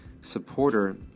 supporter